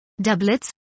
doublets